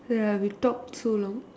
ya we talk too long